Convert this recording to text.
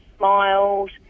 smiled